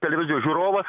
televizijos žiūrovas